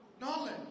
knowledge